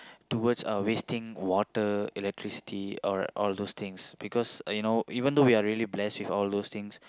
towards uh wasting water electricity or all those things because you know even though we really blessed with all those things